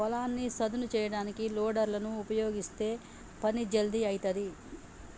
పొలాన్ని సదును చేయడానికి లోడర్ లను ఉపయీగిస్తే పని జల్దీ అయితది